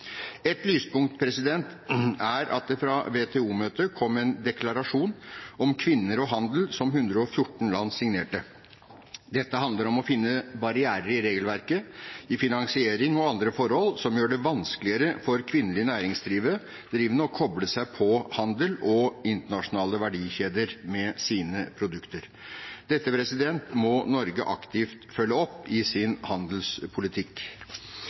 Et lyspunkt er at det fra WTO-møtet kom en deklarasjon om kvinner og handel som 114 land signerte. Dette handler om å finne barrierer i regelverket, i finansiering og andre forhold som gjør det vanskeligere for kvinnelige næringsdrivende å koble seg på handel og internasjonale verdikjeder med sine produkter. Dette må Norge aktivt følge opp i sin handelspolitikk.